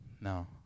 No